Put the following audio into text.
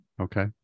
Okay